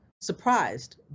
surprised